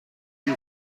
you